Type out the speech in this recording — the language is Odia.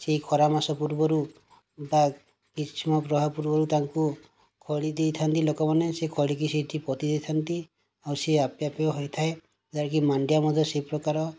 ସେ ଖରା ମାସ ପୂର୍ବରୁ ବା ଗ୍ରୀଷ୍ମ ପ୍ରବାହ ପୂର୍ବରୁ ତାଙ୍କୁ ଖଡ଼ି ଦେଇଥାନ୍ତି ଲୋକମାନେ ସେହି ଖଡ଼ିକି ସେଇଠି ପୋତି ଦେଇଥାନ୍ତି ଆଉ ସେ ଆପେ ଆପେ ହୋଇଥାଏ ଯାହାକି ମାଣ୍ଡିଆ ମଧ୍ୟ ସେହି ପ୍ରକାର